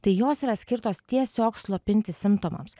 tai jos yra skirtos tiesiog slopinti simptomams